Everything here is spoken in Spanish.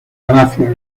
gracia